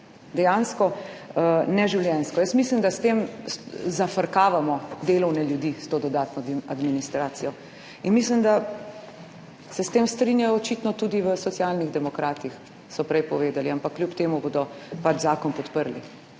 dejansko neživljenjsko. Jaz mislim, da s tem zafrkavamo delovne ljudi s to dodatno administracijo, in mislim, da se s tem strinjajo očitno tudi v Socialnih demokratih, so prej povedali, ampak kljub temu bodo pač zakon podprli.